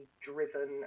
driven